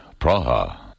Praha